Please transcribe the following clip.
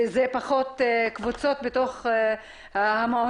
וזה פחות קבוצות בתוך המעונות,